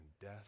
death